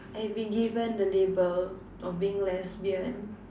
I've been given the label of being lesbian